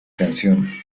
canción